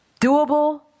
doable